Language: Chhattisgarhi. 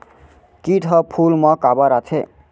किट ह फूल मा काबर आथे?